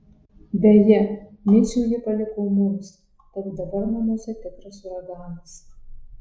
beje micių ji paliko mums tad dabar namuose tikras uraganas